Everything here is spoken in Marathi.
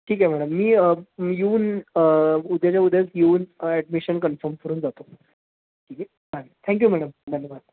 ठीक आहे मॅडम मी मी येऊन उद्याच्या उद्याच येऊन ॲडमिशन कन्फम करून जातो ठीक आहे बाय थँक्यू मॅडम धन्यवाद